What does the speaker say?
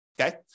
okay